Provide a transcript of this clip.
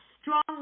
strong